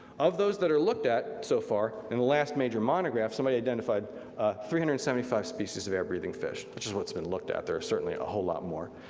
of those that are looked at so far, in the last major monograph somebody identified three hundred and seventy five species of air breathing fish, which is what's been looked at, there are certainly a whole lot more,